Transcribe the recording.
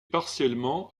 partiellement